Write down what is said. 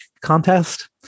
contest